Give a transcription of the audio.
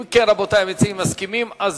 אם כן, רבותי, המציעים מסכימים, אז